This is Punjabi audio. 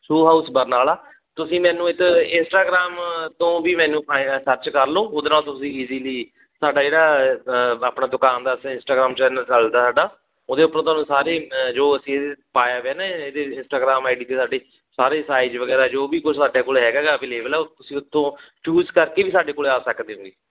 ਸ਼ੂ ਹਾਊਸ ਬਰਨਾਲਾ ਤੁਸੀਂ ਮੈਨੂੰ ਇੱਧਰ ਇੰਸਟਾਗ੍ਰਾਮ ਤੋਂ ਵੀ ਮੈਨੂੰ ਫਾਈ ਅ ਸਰਚ ਕਰ ਲਓ ਉਹਦੇ ਨਾਲ ਤੁਸੀਂ ਈਜ਼ੀਲੀ ਸਾਡਾ ਜਿਹੜਾ ਆਪਣਾ ਦੁਕਾਨ ਦਾ ਇੰਸਟਾਗ੍ਰਾਮ ਚੈਨਲ ਚੱਲਦਾ ਸਾਡਾ ਉਹਦੇ ਉੱਪਰ ਤੁਹਾਨੂੰ ਸਾਰੀ ਅ ਜੋ ਅਸੀਂ ਪਾਇਆ ਵਿਆ ਨਾ ਇਹਦੇ ਇੰਸਟਾਗ੍ਰਾਮ ਆਈ ਡੀ 'ਤੇ ਸਾਡੀ ਸਾਰੇ ਸਾਈਜ਼ ਵਗੈਰਾ ਜੋ ਵੀ ਕੋਈ ਸਾਡੇ ਕੋਲ ਹੈਗਾ ਗਾ ਅਵੇਲੇਬਲ ਆ ਤੁਸੀਂ ਉੱਥੋਂ ਚੂਜ ਕਰਕੇ ਵੀ ਸਾਡੇ ਕੋਲ ਆ ਸਕਦੇ ਨੇ